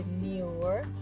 newer